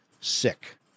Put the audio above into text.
sick